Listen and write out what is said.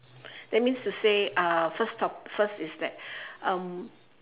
that means to say uh first top~ first is that um